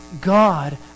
God